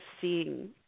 seeing